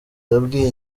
yabwiye